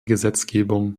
gesetzgebung